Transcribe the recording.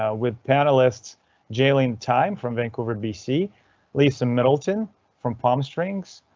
ah with panelists jaylene tyme from vancouver, bc lisa middleton from palm springs